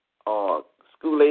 school-age